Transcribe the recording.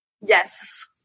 Yes